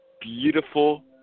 beautiful